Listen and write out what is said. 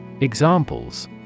Examples